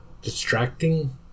distracting